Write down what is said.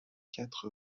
quatre